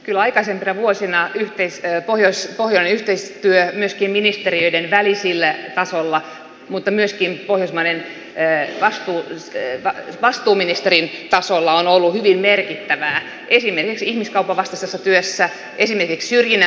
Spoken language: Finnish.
kyllä aikaisempina vuosina pohjoismainen yhteistyö ministeriöiden välisellä tasolla mutta myöskin pohjoismaiden vastuuministerien tasolla on ollut hyvin merkittävää esimerkiksi ihmiskaupan vastaisessa työssä syrjinnän vastaisessa työssä